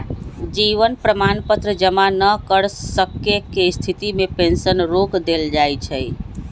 जीवन प्रमाण पत्र जमा न कर सक्केँ के स्थिति में पेंशन रोक देल जाइ छइ